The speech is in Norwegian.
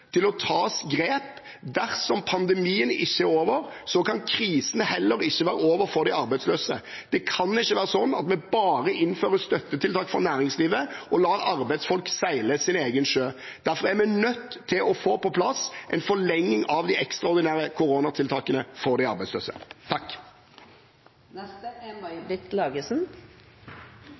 til å tas grep. Dersom pandemien ikke er over, kan ikke krisen for de arbeidsløse heller være over. Det kan ikke være sånn at vi bare innfører støttetiltak for næringslivet og lar arbeidsfolk seile sin egen sjø. Derfor er vi nødt til å få på plass en forlenging av de ekstraordinære koronatiltakene for de arbeidsløse.